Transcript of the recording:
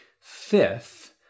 Fifth